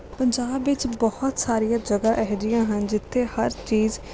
ਪੰਜਾਬ ਵਿੱਚ ਬਹੁਤ ਸਾਰੀਆਂ ਜਗ੍ਹਾ ਇਹੋ ਜਿਹੀਆਂ ਹਨ ਜਿੱਥੇ ਹਰ ਚੀਜ਼